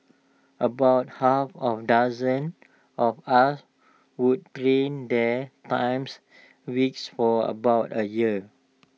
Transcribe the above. about half A dozen of us would there times weeks for about A year